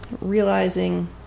realizing